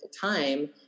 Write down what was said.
time